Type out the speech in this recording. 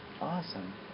Awesome